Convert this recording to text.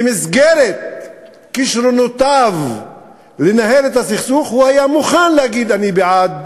במסגרת כישרונותיו לנהל את הסכסוך הוא היה מוכן להגיד: אני בעד